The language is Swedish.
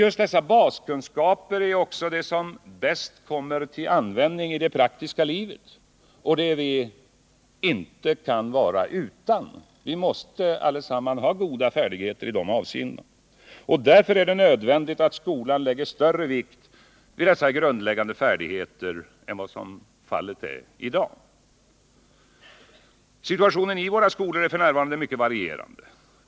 Baskunskaperna i sådana ämnen är också det som bäst kommer till användning i praktiska livet. Därför är det nödvändigt att skolan lägger större vikt vid dessa grundläggande färdigheter än vad som i dag är fallet. Situationen i våra skolor är f. n. mycket varierande.